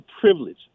privilege